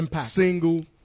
single